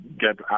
get